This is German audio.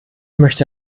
möchte